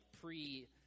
pre-